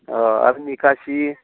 अ आरो निकाशि